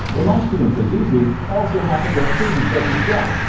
lamashtu and pazuzu also happen to hate each other's guts,